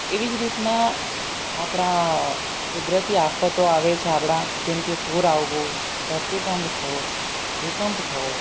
એવી જ રીતના આપણા કુદરતી આફતો આવે છે આપણા જેમ કે પૂર આવવું ધરતીકંપ થવો ભૂકંપ થવો